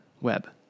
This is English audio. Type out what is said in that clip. web